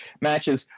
matches